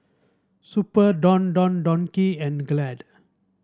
Super Don Don Donki and Glad